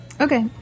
Okay